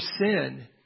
sin